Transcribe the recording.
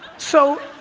so,